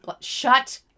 Shut